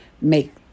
make